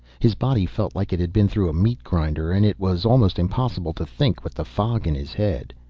his body felt like it had been through a meat grinder, and it was almost impossible to think with the fog in his head.